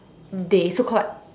they so called like